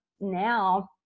now